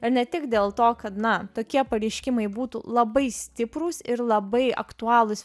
ir ne tik dėl to kad na tokie pareiškimai būtų labai stiprūs ir labai aktualūs